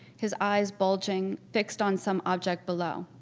his eyes bulging, fixed on some object below.